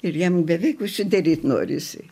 ir jam beveik užsidaryt norisi